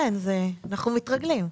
אנחנו מתרגלים.